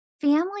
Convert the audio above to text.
Family